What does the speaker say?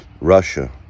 Russia